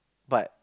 but